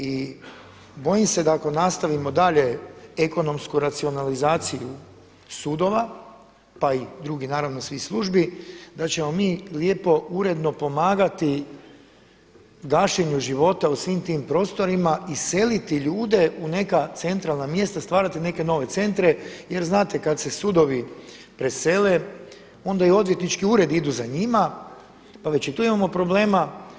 I bojim se da ako nastavimo dalje ekonomsku racionalizaciju sudova, pa i drugih naravno svih službi, da ćemo mi lijepo, uredno pomagati gašenju života u svim tim prostorima i seliti ljude u neka centralna mjesta, stvarati neke nove centre jer znate kada se sudovi presele onda i odvjetnički uredi idu za njima pa već i tu imamo problema.